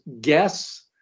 guess